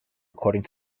according